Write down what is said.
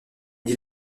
dit